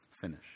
finish